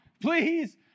please